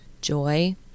joy